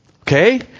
Okay